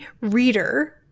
reader